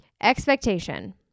Expectation